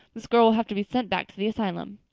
this girl will have to be sent back to the asylum.